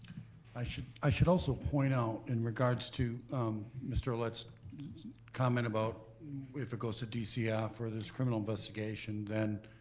i should i should also point out in regards to mr. ouellette's comment about if it goes to dcf or this criminal investigation, then